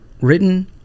written